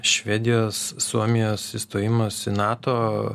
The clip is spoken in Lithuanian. švedijos suomijos įstojimas į nato